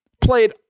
played